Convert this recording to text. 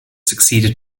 succeeded